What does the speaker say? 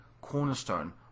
cornerstone